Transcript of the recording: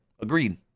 agreed